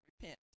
repent